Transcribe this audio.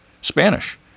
Spanish